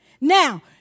Now